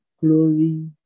Glory